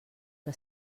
que